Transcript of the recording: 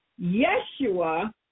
Yeshua